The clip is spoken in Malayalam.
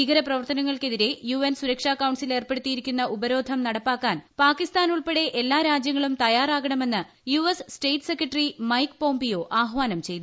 ഭീകര പ്രവർത്തനങ്ങൾക്കെതിരെ യു എൻ സുരക്ഷാ കൌൺസിൽ ഏർപ്പെടുത്തിയിരിക്കുന്ന ഉപരോധം നടപ്പാക്കാൻ പാകിസ്ഥാൻ ഉൾപ്പെടെ എല്ലാ രാജ്യങ്ങളും തയ്യാറാകണമെന്ന് U S state secretary Mike Pompeo ആഹ്വാനം ചെയ്തു